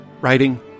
writing